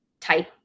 type